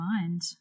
mind